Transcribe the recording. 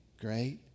Great